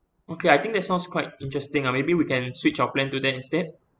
okay I think that sounds quite interesting ah maybe we can switch our plan to that instead